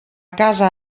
casa